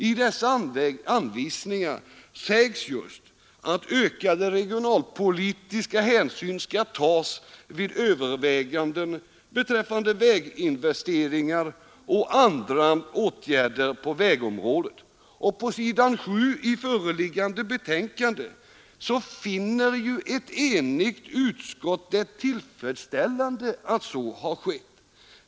I dessa anvisningar sägs just att ökade regionalpolitiska hänsyn skall tas vid överväganden beträffande väginvesteringar och andra åtgärder på vägområdet, och på s. 7 i föreliggande betänkande finner ett enigt utskott det tillfredsställande att så skett.